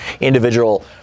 individual